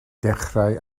dechrau